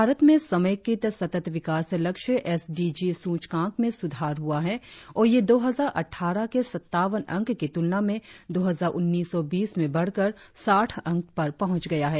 भारत में समेकित सतत विकास लक्ष्य एस डी जी सूचकांक में सुधार हुआ है और यह दो हजार अटठारह के सत्तावन अंक की तुलना में दो हजार उन्नीस बीस में बढ़कर साठ अंक पर पहुंच गया है